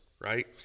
right